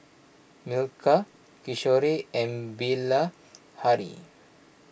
Milkha Kishore and Bilahari